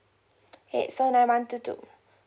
so then one two two